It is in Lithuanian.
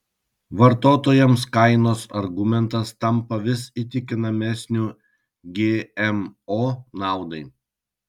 vartotojams kainos argumentas tampa vis įtikinamesniu gmo naudai